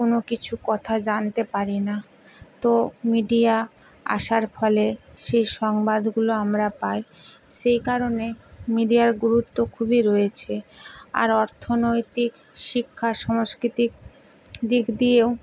কোনো কিছু কথা জানতে পারি না তো মিডিয়া আসার ফলে সেই সংবাদগুলো আমরা পাই সেই কারণে মিডিয়ার গুরুত্ব খুবই রয়েছে আর অর্থনৈতিক শিক্ষা সাংস্কৃতিক দিক দিয়েও